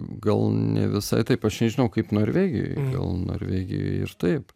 gal ne visai taip aš nežinau kaip norvegijoj gal norvegijoj ir taip